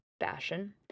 fashion